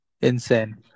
Insane